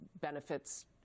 benefits